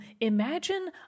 Imagine